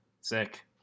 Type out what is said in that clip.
sick